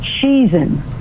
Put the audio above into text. season